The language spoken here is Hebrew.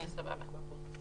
אוקיי, סבבה.